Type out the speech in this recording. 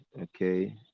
Okay